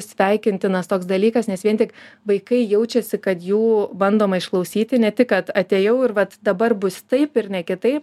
sveikintinas toks dalykas nes vien tik vaikai jaučiasi kad jų bandoma išklausyti ne tik kad atėjau ir vat dabar bus taip ir ne kitaip